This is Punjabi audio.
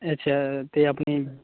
ਅੱਛਾ ਅਤੇ ਆਪਣੀ